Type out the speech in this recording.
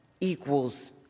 equals